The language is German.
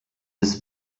des